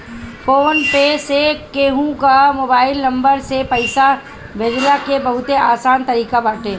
phone पे से केहू कअ मोबाइल नंबर से पईसा भेजला के बहुते आसान तरीका बाटे